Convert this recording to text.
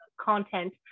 content